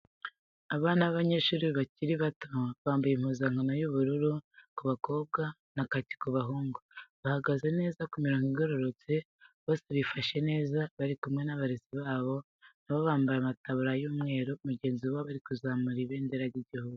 Abana b'abanyeshuri bakiri bato bambaye impuzankano z'ubururu ku bakobwa na kaki ku bahungu, bahagaze neza ku mirongo igororotse bose bifashe neza bari kumwe n'abarezi babo nabo bambaye amataburiya y'umweru mugenzi wabo ari kuzamura ibendera ry'igihugu.